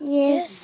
yes